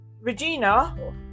Regina